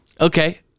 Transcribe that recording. Okay